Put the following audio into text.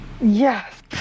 Yes